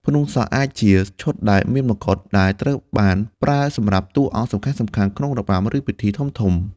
ផ្នួងសក់អាចជា ឈុតដែលមានម្កុដ ដែលត្រូវបានប្រើសម្រាប់តួអង្គសំខាន់ៗក្នុងរបាំ ឬពិធីធំៗ។